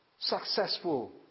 Successful